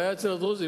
הדרוזים,